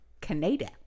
Canada